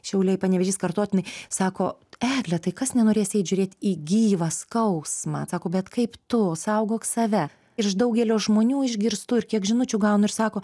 šiauliai panevėžys kartotinai sako egle tai kas nenorės eit žiūrėt į gyvą skausmą sako bet kaip tu saugok save ir iš daugelio žmonių išgirstų ir kiek žinučių gaunu ir sako